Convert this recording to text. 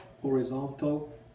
horizontal